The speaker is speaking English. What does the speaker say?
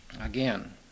again